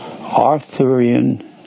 Arthurian